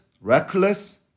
reckless